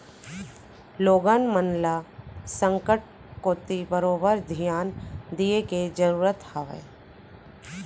लोगन मन ल जल संकट कोती बरोबर धियान दिये के जरूरत हावय